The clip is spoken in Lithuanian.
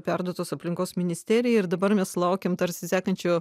perduotos aplinkos ministerijai ir dabar mes laukiam tarsi sekančio